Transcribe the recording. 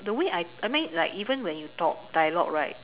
the way I I mean like even when you talk dialog right